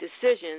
decisions